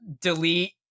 delete